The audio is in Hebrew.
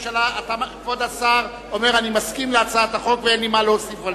כבוד השר אומר: אני מסכים להצעת החוק ואין לי מה להוסיף עליה.